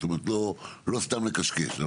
לא סתם נקשקש,